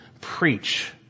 preach